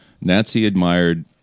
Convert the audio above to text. Nazi-admired